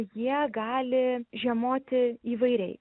jie gali žiemoti įvairiai